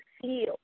feel